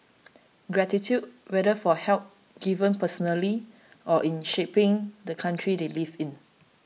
gratitude whether for help given personally or in shaping the country they live in